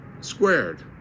squared